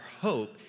hope